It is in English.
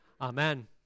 Amen